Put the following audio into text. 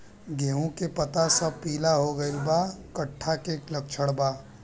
गेहूं के पता सब पीला हो गइल बा कट्ठा के लक्षण बा?